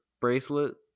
bracelet